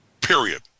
Period